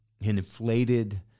Inflated